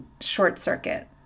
short-circuit